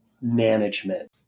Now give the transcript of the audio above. management